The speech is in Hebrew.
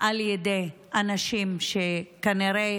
על ידי אנשים שכנראה